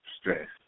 Stress